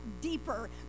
deeper